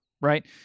right